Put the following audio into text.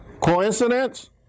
Coincidence